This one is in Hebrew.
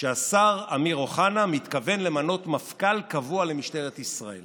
מפכ"ל קבוע למשטרת ישראל